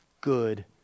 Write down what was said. good